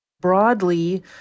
Broadly